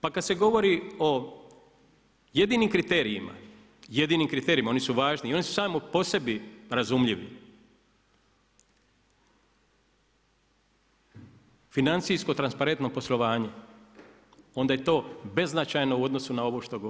Pa kada se govori o jedinim kriterijima, jedinim kriterijima i oni su važni, oni su sami po sebi razumljivi, financijsko-transparentno poslovanje onda je to beznačajno u odnosu na ovo što govorim.